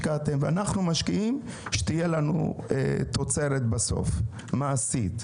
שתהיה לנו בסוף תוצרת מעשית,